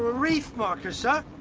reef marker, sir.